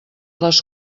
les